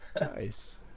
Nice